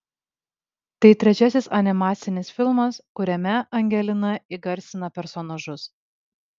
tai trečiasis animacinis filmas kuriame angelina įgarsina personažus